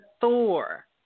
Thor